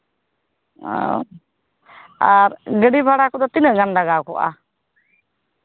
ᱟᱨ ᱜᱟᱹᱰᱤ ᱵᱷᱟᱲᱟ ᱠᱚᱫᱚ ᱛᱤᱱᱟᱹᱜ ᱜᱟᱱ ᱞᱟᱜᱟᱣ ᱠᱚᱜᱼᱟ